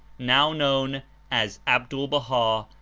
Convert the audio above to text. now known as abdul-baha,